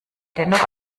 dennoch